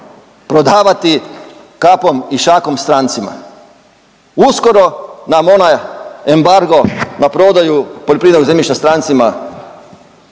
prodavati kapom i šakom strancima. Uskoro nam onaj embargo na prodaju poljoprivrednog zemljišta strancima